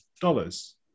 dollars